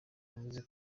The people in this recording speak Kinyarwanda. yavuze